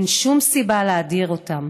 אין שום סיבה להדיר אותם.